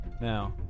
now